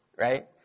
right